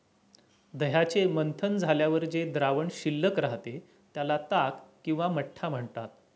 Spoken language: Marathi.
दह्याचे मंथन झाल्यावर जे द्रावण शिल्लक राहते, त्याला ताक किंवा मठ्ठा म्हणतात